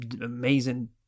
amazing